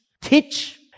teach